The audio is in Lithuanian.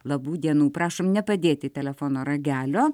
labų dienų prašom nepadėti telefono ragelio